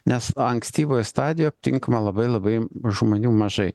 nes ankstyvoje stadijo aptinkama labai labai žmonių mažai